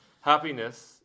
Happiness